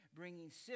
bringing